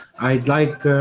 i'd like.